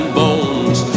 bones